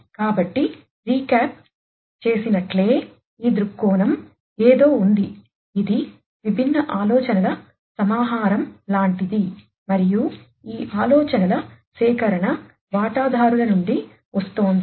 కాబట్టి రీక్యాప్ చేసినట్లే ఈ దృక్కోణం ఏదో ఉంది ఇది విభిన్న ఆలోచనల సమాహారం లాంటిది మరియు ఈ ఆలోచనల సేకరణ వాటాదారుల నుండి వస్తోంది